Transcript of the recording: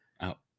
out